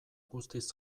guztiz